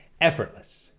Effortless